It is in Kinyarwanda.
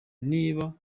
niba